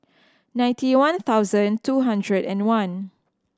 ninety one thousand two hundred and one